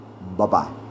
Bye-bye